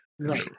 Right